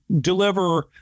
deliver